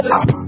up